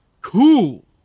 cool